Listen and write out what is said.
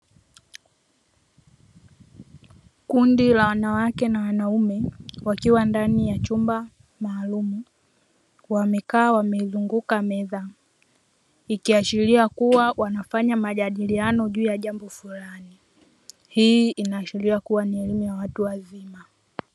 Kundi la wanawake na wanaume wakiwa ndani ya chumba maalumu, wamekaa wamezunguka meza, ikiashiria kuwa wanafanya majadiliano juu ya jambo fulani; hii inaashiria ni elimu ya watu wazima.